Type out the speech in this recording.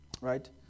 right